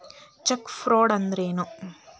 Check fraud ಅಂದ್ರ ಏನು?